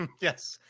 Yes